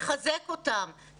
מחזק אותם,